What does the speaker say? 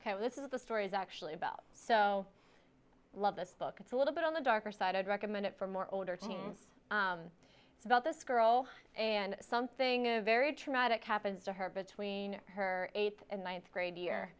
this is the story is actually about so love this book it's a little bit on the darker side i'd recommend it for more older teens it's about this girl and something very traumatic happens to her between her eighth and ninth grade year